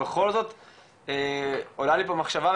בכל זאת עולה לי פה מחשבה,